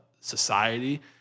society